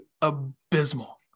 abysmal